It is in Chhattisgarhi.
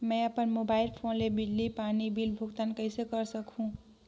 मैं अपन मोबाइल फोन ले बिजली पानी बिल भुगतान कइसे कर सकहुं?